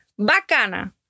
Bacana